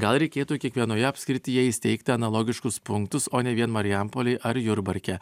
gal reikėtų kiekvienoje apskrityje įsteigti analogiškus punktus o ne vien marijampolėj ar jurbarke